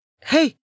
Hey